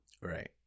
right